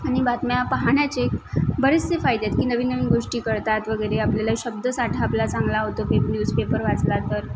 आणि बातम्या पाहण्याचे एक बरेचसे फायदे आहेत की नवीन नवीन गोष्टी कळतात वगैरे आपल्याला शब्दसाठा आपला चांगला होतो पेप न्यूजपेपर वाचला तर